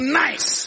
nice